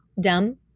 Dumb